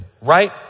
Right